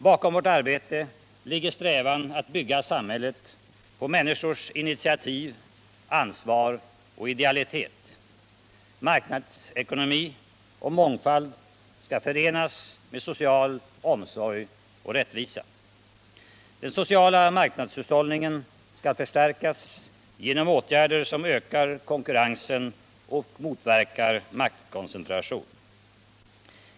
Bakom vårt arbete ligger strävan att bygga samhället på människors initiativ, ansvar och idealitet. Marknadsekonomi och mångfald skall förenas med social omsorg och rättvisa. Den sociala marknadshushållningen skall förstärkas genom åtgärder som ökar konkurrensen och motverkar maktkoncentration.